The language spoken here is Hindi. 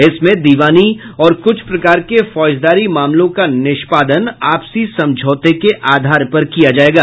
इसमें दीवानी और कुछ प्रकार के फौजदारी मामलों का निष्पादन आपसी समझौते के आधार पर किया जायेगा